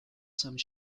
some